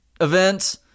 event